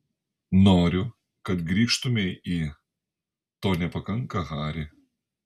noriu kad grįžtumei į to nepakanka hari